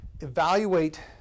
evaluate